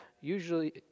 usually